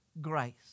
grace